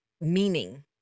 meaning